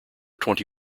twenty